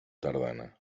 tardana